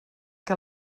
que